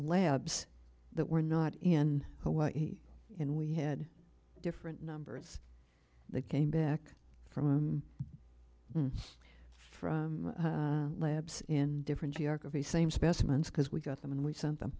labs that were not in hawaii and we had different numbers that came back from from labs in different geographies same specimens because we got them and we sent them